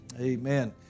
Amen